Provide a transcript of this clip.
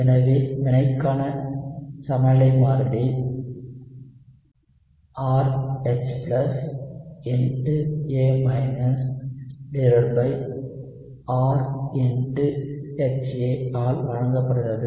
எனவே வினைக்கான சமநிலை மாறிலி RH A R HA ஆல் வழங்கப்படுகிறது